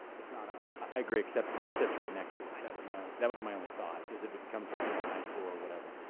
it's not ours. i agree, except it sits right next to us. that was my that was my only thought, is if it becomes you know an eyesore or whatever.